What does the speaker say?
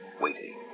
waiting